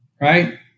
Right